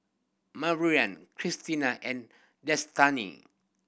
Maryann Christina and Destany